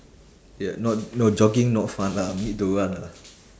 ya not no jogging not fun lah need to run lah